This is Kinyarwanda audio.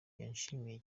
yashimiye